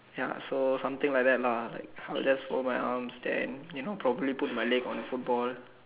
ya so something like that lah like I'll just fold my arms then you know probably put my leg on a football